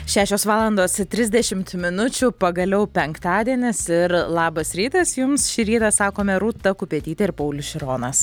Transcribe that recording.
šešios valandos trisdešimt minučių pagaliau penktadienis ir labas rytas jums šį rytą sakome rūta kupetytė ir paulius šironas